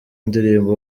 indirimbo